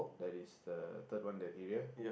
that is the third one that area